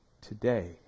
today